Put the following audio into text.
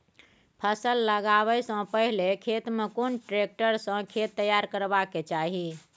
फसल लगाबै स पहिले खेत में कोन ट्रैक्टर स खेत तैयार करबा के चाही?